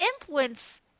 influence